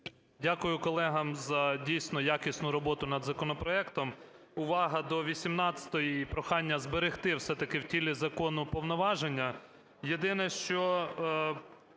Дякую колегам за, дійсно, якісну роботу над законопроектом. Увага до 18-ї, і прохання зберегти все-таки в тілі закону повноваження. Єдине що,